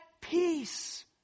peace